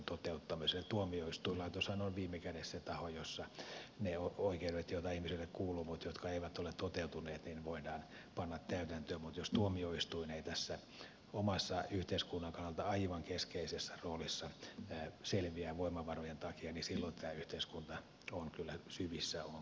tuomioistuinlaitoshan on viime kädessä taho jossa ne oikeudet joita ihmiselle kuuluu mutta jotka eivät ole toteutuneet voidaan panna täytäntöön mutta jos tuomioistuin ei tässä omassa yhteiskunnan kannalta aivan keskeisessä roolissa selviä voimavarojen takia niin silloin tämä yhteiskunta on kyllä syvissä ongelmissa